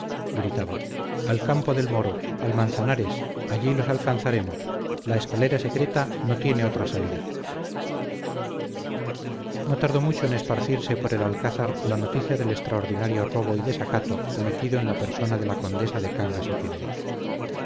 gritaba al campo del moro al manzanares allí los alcanzaremos la escalera secreta no tiene otra salida no tardó mucho en esparcirse por el alcázar la noticia del extraordinario robo y desacato cometido en la persona de la condesa de cangas y tineo